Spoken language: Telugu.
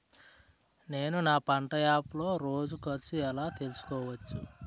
నేను నా పంట యాప్ లో రోజు ఖర్చు ఎలా తెల్సుకోవచ్చు?